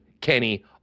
Kenny